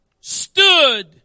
stood